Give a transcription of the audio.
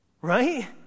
Right